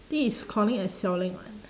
this is calling a selling [what]